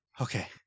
Okay